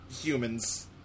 humans